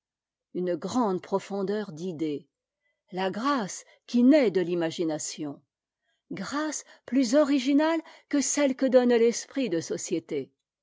une grande profondeur d'idées la grâce qui naît de l'imagination grâce plus originale que celle que donne l'esprit de société